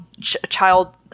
child –